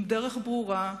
עם דרך ברורה,